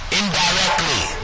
indirectly